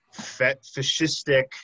fascistic